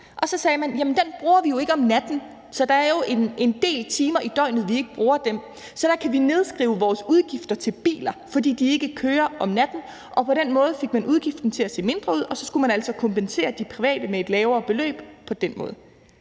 Så sagde man, at den bruger vi jo ikke om natten, så der er en del timer i døgnet, vi ikke bruger den, så der kan vi nedskrive vores udgifter til biler, fordi de ikke kører om natten. Og på den måde fik man udgiften til at se mindre ud, og så skulle man altså kompensere de private med et lavere beløb på den måde.